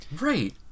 right